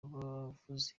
abavuzi